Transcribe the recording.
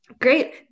Great